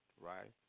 Right